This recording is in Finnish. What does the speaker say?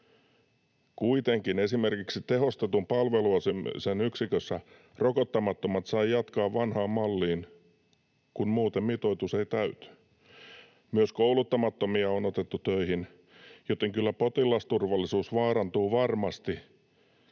Kuitenkin esimerkiksi tehostetun palveluasumisen yksikössä rokottamattomat sai jatkaa vanhaan malliin, kun muuten mitoitus ei täyty. Myös kouluttamattomia on otettu töihin, joten kyllä potilasturvallisuus vaarantuu varmasti